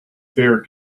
fare